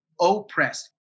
oppressed